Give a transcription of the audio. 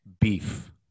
Beef